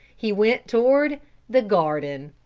he went toward the garden.